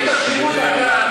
אם תחשבו דקה,